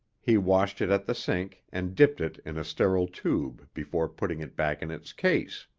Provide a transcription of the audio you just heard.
he washed it at the sink and dipped it in a sterile tube before putting it back in its case.